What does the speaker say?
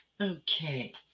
Okay